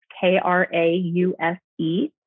K-R-A-U-S-E